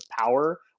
power